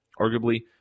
arguably